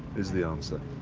is the answer.